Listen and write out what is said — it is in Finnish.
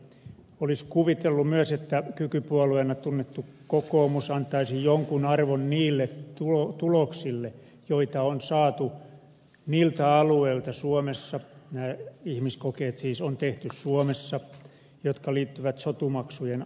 olisi kuvitellut myös että kykypuolueena tunnettu kokoomus antaisi jonkun arvon niille tuloksille joita on saatu niiltä alueilta suomessa nämä ihmiskokeet siis on tehty suomessa jotka liittyvät sotumaksujen alennuksiin